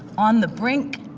on the brink,